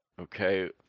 okay